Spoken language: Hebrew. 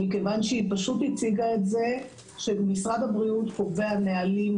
מכיוון שהיא פשוט הציגה את זה שמשרד הבריאות קובע נהלים,